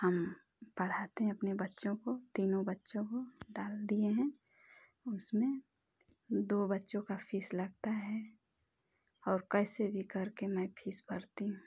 हम पढ़ाते हैं अपने बच्चों को तीनों बच्चों को डाल दिए हैं उसमें दो बच्चों का फीस लगता है और कैसे भी करके मैं फीस भरती हूँ